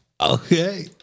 Okay